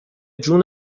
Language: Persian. جون